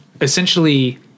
essentially